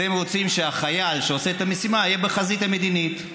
אתם רוצים שהחייל שעושה את המשימה יהיה בחזית המדינית.